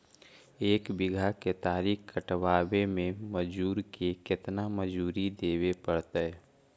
एक बिघा केतारी कटबाबे में मजुर के केतना मजुरि देबे पड़तै?